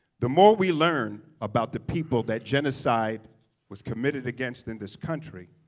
the more we learn about the people that genocide was committed against in this country,